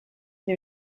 new